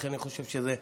לכן אני חושב שזה נכון,